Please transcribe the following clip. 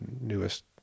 newest